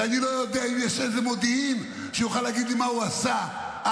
ואני לא יודע אם יש איזה מודיעין שיוכל להגיד לי מה הוא עשה אז,